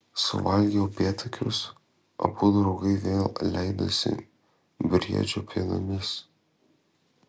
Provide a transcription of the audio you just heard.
suvalgę upėtakius abu draugai vėl leidosi briedžio pėdomis